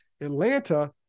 Atlanta